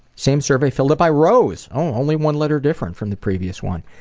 same survey filled out by rose! only one letter different from the previous one.